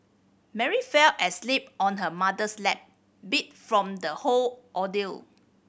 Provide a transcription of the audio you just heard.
Mary fell asleep on her mother's lap beat from the whole ordeal